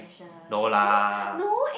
no lah